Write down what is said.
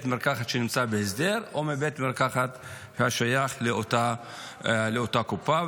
מרקחת שנמצא בהסדר או מבית מרקחת השייך לאותה קופה.